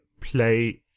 play